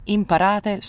Imparate